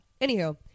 Anywho